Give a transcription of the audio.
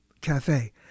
cafe